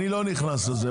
אני לא נכנס לזה.